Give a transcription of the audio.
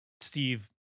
Steve